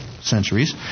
centuries